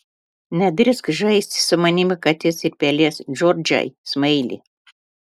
nedrįsk žaisti su manimi katės ir pelės džordžai smaili